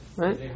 right